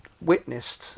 witnessed